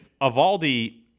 Avaldi